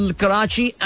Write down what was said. Karachi